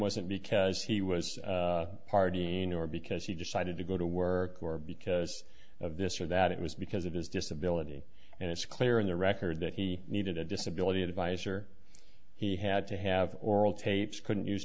wasn't because he was partying or because he decided to go to work or because of this or that it was because of his disability and it's clear in the record that he needed a disability advisor he had to have oral tapes couldn't use